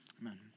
Amen